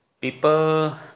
people